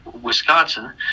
Wisconsin